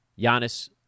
Giannis